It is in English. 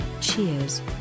Cheers